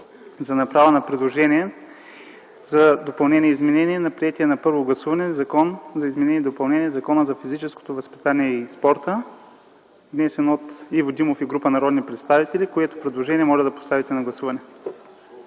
за направа на предложения за изменение и допълнение на приетия на първо гласуване Закон за изменение и допълнение Закона за физическото възпитание и спорта – с три седмици, внесен от Иво Димов и група народни представители, което предложение моля да поставите на гласуване.